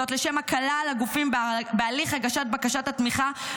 לשם הקלה על הגופים בהליך הגשת בקשת התמיכה,